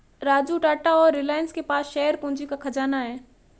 राजू टाटा और रिलायंस के पास शेयर पूंजी का खजाना है